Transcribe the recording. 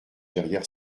derrière